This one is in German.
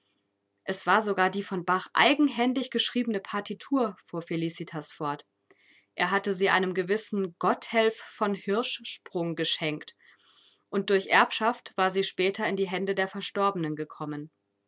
es war sogar die von bach eigenhändig geschriebene partitur fuhr felicitas fort er hatte sie einem gewissen gotthelf von hirschsprung geschenkt und durch erbschaft war sie später in die hände der verstorbenen gekommen